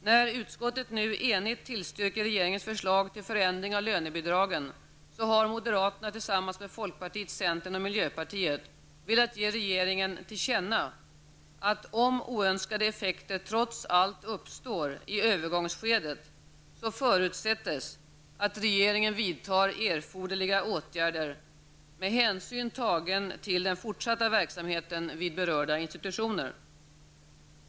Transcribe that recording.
När utskottet nu enigt tillstyrker regeringens förslag till förändring av lönebidragen, har moderaterna tillsammans med folkpartiet, centern och miljöpartiet velat ge regeringen till känna, att om oönskade effekter trots allt uppstår i övergångsskedet förutsättes att regeringen vidtar erforderliga åtgärder med hänsyn tagen till den fortsatta verksamheten vid berörda institutioner.